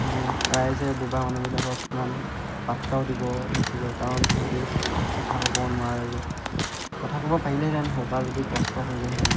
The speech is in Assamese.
মানে ৰাইজে বুবা মানুহবিলাকক ইমান পাত্তাও দিব নোখোজে কাৰণ ইহঁতে কথা ক'ব নোৱাৰে যে কথা ক'ব পাৰিলেহেঁতেন সৰু পৰা যদি কষ্ট কৰিলেহেঁতেন